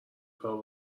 کارو